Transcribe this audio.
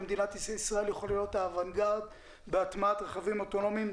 ויכול להיות האוונגארד בהטמעת רכבים אוטונומיים,